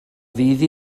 ddydd